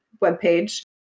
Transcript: webpage